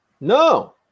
No